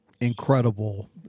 incredible